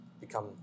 become